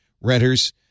renters